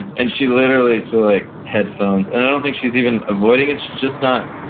and she literally, she'll like headphones, and i don't think she's even avoiding it. she's just not,